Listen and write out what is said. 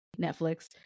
Netflix